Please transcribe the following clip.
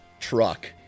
truck